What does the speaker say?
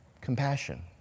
Compassion